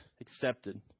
accepted